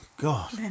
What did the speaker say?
God